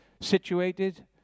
situated